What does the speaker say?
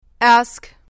Ask